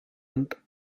and